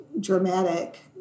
Dramatic